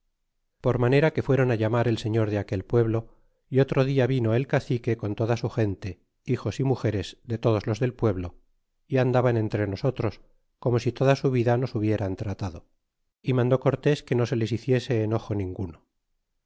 por manera que fueron llamar el señor de aquel pueblo y otro dia vino el cacique con toda su gente hijos y mugercs de todos los del pueblo y andaban entre nosotros como si toda su vida nos hubieran tratado y mandó cortés que no se les hiciese enojo ninguno